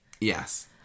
Yes